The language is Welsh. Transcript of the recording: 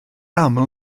aml